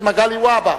מגלי והבה,